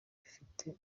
bifite